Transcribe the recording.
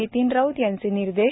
नितीन राऊत यांचे निर्देश